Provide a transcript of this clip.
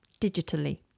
Digitally